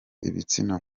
ibitsina